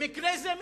במקרה זה,